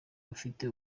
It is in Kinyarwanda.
rufite